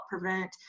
prevent